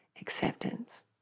acceptance